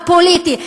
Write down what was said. הפוליטי,